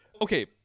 okay